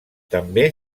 també